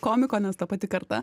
komiko nes ta pati karta